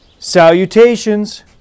Salutations